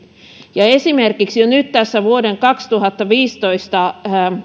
pieleen esimerkiksi jo nyt se kun vuoden kaksituhattaviisitoista